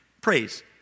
Praise